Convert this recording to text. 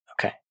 Okay